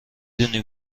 دونی